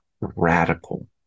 radical